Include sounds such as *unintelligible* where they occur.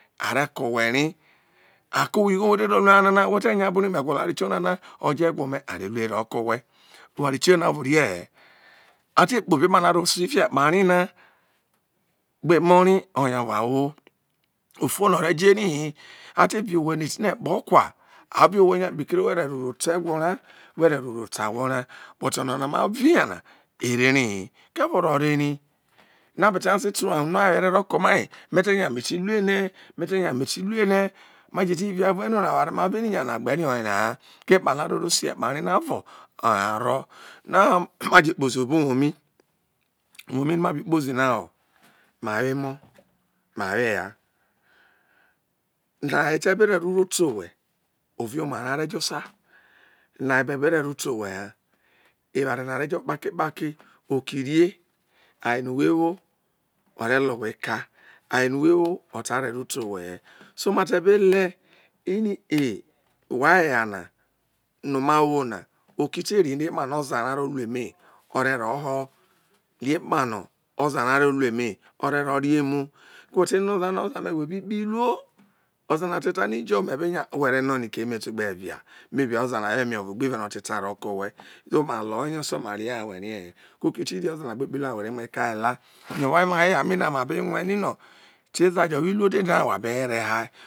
*unintelligible* ore̱ ko̱ we̱ ri ako̱ whe igho no we ru o̱nana we̱ te nya bru ri we gwolo eware tiona na ojo eqwo me are lui ro ko whe oware tiona ovo riehe a te kpobe epano aro sie fio e̱kpa ri na gbe emo̱ ri o̱yo̱ o̱vo awo ofo nọ o̱re jo eri hi ate eri owhe nọ eti ne kpo kwa a ve owhe ya kpekere are ro rote eqwo ra we̱ re̱ roro te ahwo ro but onana ma vi nya na erorerihi ko oro re ri no abe ti nya ze ta unua were ro ko mai me tenya me ti luene me te nya ne ti luene me̱ te̱ nya meti lue ene oware no ma ri fi nya gbe lu hu ekpa ri na oro oye oro now ma je ̄ kpozi obo uwo mi uwo mi no ma be kpozi na ho ma wo emo̱ ma wo eya no aye te be re̱ ro ro te owhe orieoma ro re jo̱ sa no agbe̱ be rerote ow na ewa re jo kpakri kpakre oke rie o̱re lo we̱ eka aye no we̱ wo o̱ta ro e̱ro te owo̱ he̱ ko ok e ̄ ti rie wo̱ re mui eka e̱la be rue̱ nio eza jo̱ no iwo uzo ha na